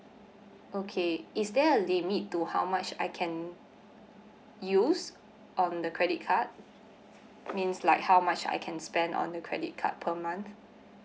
okay is there a limit to how much I can use on the credit card means like how much I can spend on the credit card per month